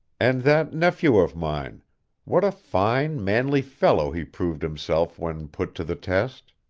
and that nephew of mine what a fine, manly fellow he proved himself when put to the test!